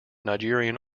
nigerian